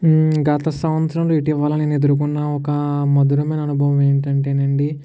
గత సంవత్సరం ఇటీవల నేను ఎదురుకున్న ఒక మధురమైన అనుభవం ఏంటంటే అండి